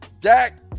dak